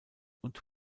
und